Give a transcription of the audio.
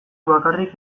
bakarrik